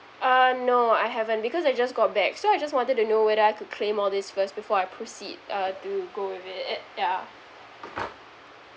uh no I haven't because I just got back so I just wanted to know whether I could claim all these first before I proceed uh to go with it yeah